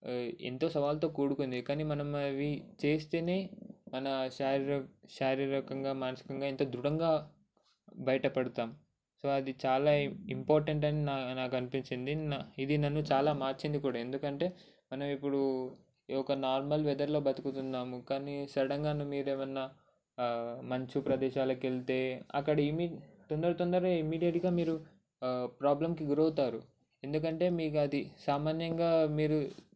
ఎంతో సవాళ్లతో కూడుకున్నది కానీ మనం అది చేస్తేనే మన శారీరక శారీరకంగా మానసికంగా ఎంతో దృఢంగా బయటపడతాం సో అది చాలా ఇంపార్టెంట్ అని నాకు అనిపించింది ఇది నన్ను చాలా మార్చింది కూడా ఎందుకంటే మనం ఇప్పుడు ఒక ఒక నార్మల్ వెదర్లో బతుకుతున్నాము కానీ సడన్గా మీరు ఏమన్నా మంచు ప్రదేశాలకు వెళ్తే అక్కడ ఏమి తొందర తొందరగా ఇమ్మీడియట్గా మీరు ప్రాబ్లంకి గురి అవుతారు ఎందుకంటే మీకు అది సామాన్యంగా మీరు